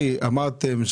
הנתונים,